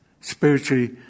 spiritually